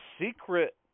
secret